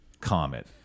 comet